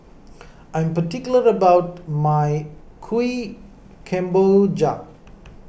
I am particular about my Kuih Kemboja